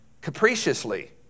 capriciously